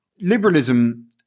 Liberalism